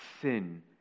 sin